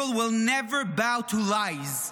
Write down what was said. Israel will never bow to lies.